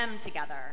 together